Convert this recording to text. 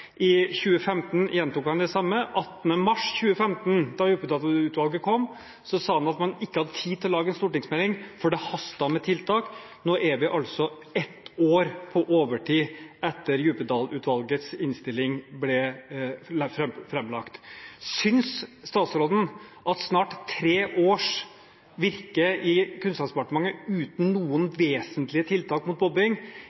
I 2015 gjentok han det samme. Den 18. mars 2015, da Djupedal-utvalgets utredning kom, sa han at man ikke hadde tid til å lage en stortingsmelding, for det hastet med tiltak. Nå er vi altså ett år på overtid etter at Djupedal-utvalgets utredning ble framlagt. Synes statsråden at snart tre års virke i Kunnskapsdepartementet uten